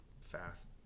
fast